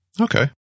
Okay